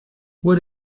what